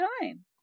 time